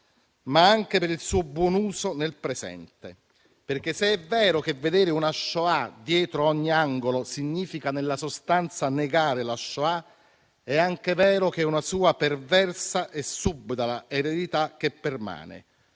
ma anche per il loro buon uso nel presente, perché se è vero che vedere una Shoah dietro ogni angolo significa, nella sostanza, negare la Shoah, è anche vero che c'è una sua perversa e subdola eredità che permane.